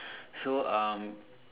so um